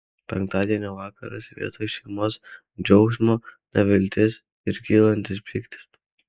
penktadienio vakaras vietoj šeimos džiaugsmo neviltis ir kylantis pyktis